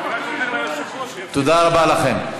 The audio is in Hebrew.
תודה רבה לכם.